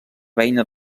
beina